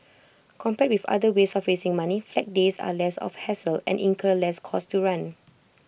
compared with other ways of raising money Flag Days are less of A hassle and incur less cost to run